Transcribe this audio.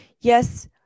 Yes